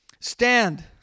Stand